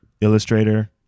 Illustrator